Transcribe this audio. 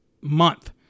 month